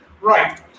Right